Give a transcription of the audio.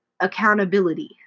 accountability